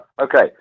Okay